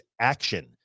action